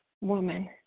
woman